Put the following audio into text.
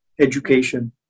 education